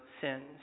sins